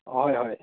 ꯍꯣꯏ ꯍꯣꯏ